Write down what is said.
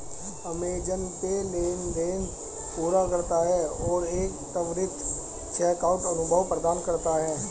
Amazon Pay लेनदेन पूरा करता है और एक त्वरित चेकआउट अनुभव प्रदान करता है